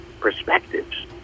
perspectives